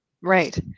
right